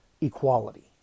equality